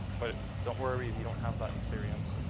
but don't worry if you don't have that experience,